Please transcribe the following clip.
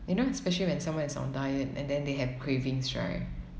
you know especially when someone is on diet and then they have cravings right